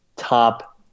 top